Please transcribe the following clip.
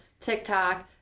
TikTok